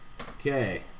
Okay